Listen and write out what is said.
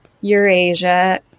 Eurasia